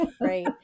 Right